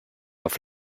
auf